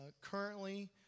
currently